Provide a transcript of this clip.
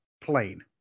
plain